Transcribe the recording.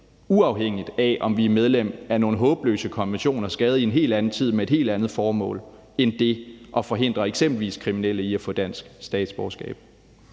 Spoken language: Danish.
uafhængigt af om vi er medlem af nogle håbløse konventioner skrevet i en helt anden tid med et helt andet formål end det at forhindre eksempelvis kriminelle i at få dansk statsborgerskab.